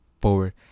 forward